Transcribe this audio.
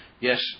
Yes